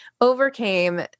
overcame